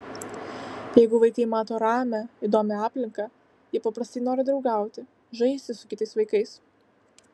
jeigu vaikai mato ramią įdomią aplinką jie paprastai nori draugauti žaisti su kitais vaikais